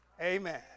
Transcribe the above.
Amen